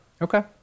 Okay